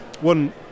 One